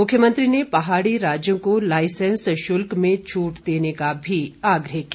मुख्यमंत्री ने पहाड़ी राज्यों को लाईसेंस शुल्क से छूट देने का भी आग्रह किया